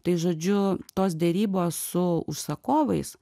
tai žodžiu tos derybos su užsakovais